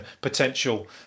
potential